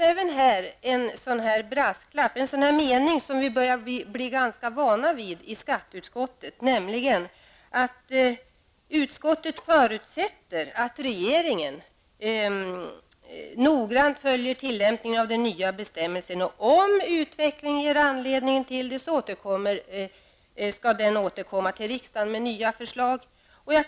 Även här finns en brasklapp, en mening som vi börjar bli ganska vana vid i skatteutskottet, nämligen att utskottet förutsätter att regeringen noggrannt följer tillämpningen av den nya bestämmelsen och, om utvecklingen ger anledning till det, återkommer till riksdagen med nya förslag.